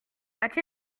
quelle